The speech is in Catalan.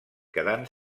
quedant